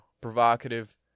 provocative